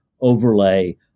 overlay